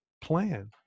plan